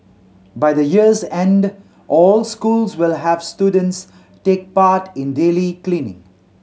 by the year's end all schools will have students take part in daily cleaning